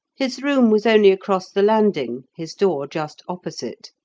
his room was only across the landing, his door just opposite.